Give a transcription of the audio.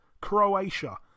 Croatia